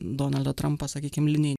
donaldo trampo sakykim linijiai